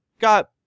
got